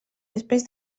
després